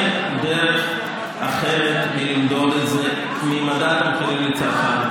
אין דרך אחרת למדוד את זה ממדד המחירים לצרכן,